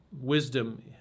wisdom